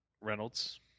Reynolds